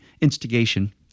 instigation